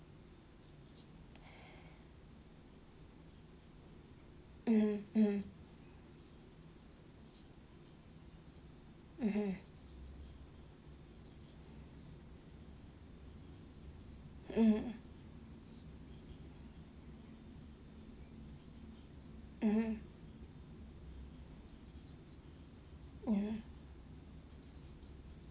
mmhmm mmhmm mmhmm mmhmm mmhmm mmhmm